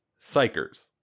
psychers